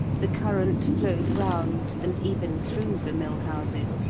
the current flowed round and even through the mill-houses,